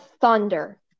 thunder